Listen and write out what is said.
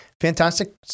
Fantastic